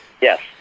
Yes